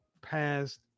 past